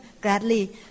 gladly